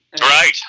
Right